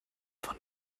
von